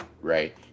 right